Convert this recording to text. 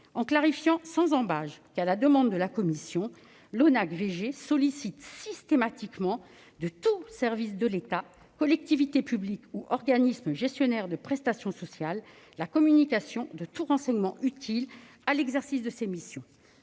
désormais sans ambages -, à la demande de la commission, l'ONACVG sollicite systématiquement de tout service de l'État, collectivité publique ou organisme gestionnaire de prestations sociales la communication de tout renseignement utile à l'exercice de ses missions.